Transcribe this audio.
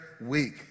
week